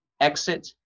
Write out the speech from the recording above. Exit